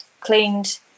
cleaned